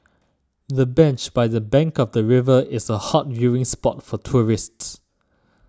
the bench by the bank of the river is a hot viewing spot for tourists